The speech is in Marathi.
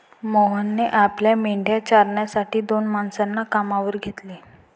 मोहनने आपल्या मेंढ्या चारण्यासाठी दोन माणसांना कामावर घेतले